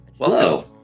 Hello